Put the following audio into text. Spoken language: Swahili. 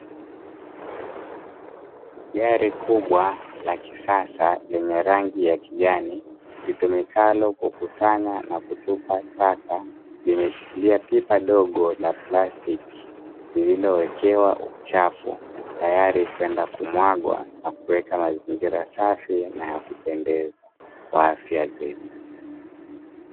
Gari kubwaa la kisasa lenye rangi ya kijani litumikalo kukusanya na kutupa taka, limeshikilia pipa dogo la plastiki lililowekewa uchafu tayari kwenda kumwaga na kuweka mazingira safi na yakupendeza kwa ajili ya afya zetu.